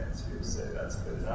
say that's